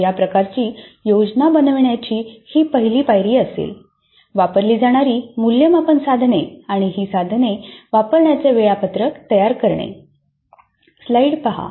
तर या प्रकारची योजना बनविण्याची ही पहिली पायरी असेल वापरली जाणारी मूल्यमापन साधने आणि ही साधने वापरण्याचे वेळापत्रक तयार करणे